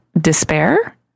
despair